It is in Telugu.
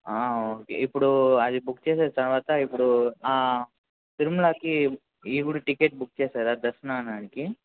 ఓకే ఇప్పుడు అది బుక్ చేసిన తరువాత ఇప్పుడు తిరుమలకి ఇ ఇప్పుడు టికెట్ బుక్ చేసారా దర్శనానానికి